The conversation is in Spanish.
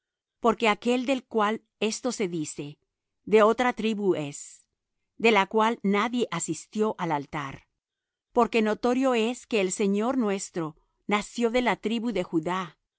porque aquel del cual esto se dice de otra tribu es de la cual nadie asistió al altar porque notorio es que el señor nuestro nació de la tribu de judá